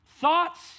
Thoughts